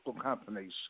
companies